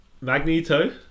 Magneto